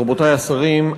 רבותי השרים,